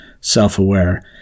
self-aware